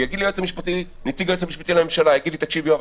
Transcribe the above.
ונציג היועץ המשפטי לממשלה יגיד לי: תקשיב יואב,